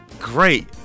Great